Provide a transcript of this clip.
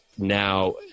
now